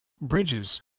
Bridges